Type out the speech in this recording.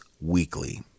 weekly